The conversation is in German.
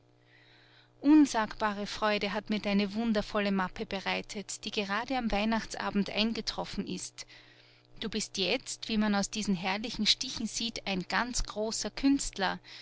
unsagbare freude hat mir deine wundervolle mappe bereitet die gerade am weihnachtsabend eingetroffen ist du bist jetzt wie man aus diesen herrlichen stichen sieht ein ganz großer künstler